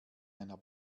einer